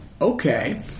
Okay